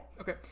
Okay